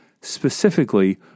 specifically